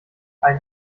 ein